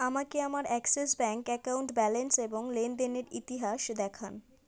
আমাকে আমার Axis bank account balance এবং লেনদেনের ইতিহাস দেখান